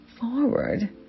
forward